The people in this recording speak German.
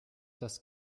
das